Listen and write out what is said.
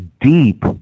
Deep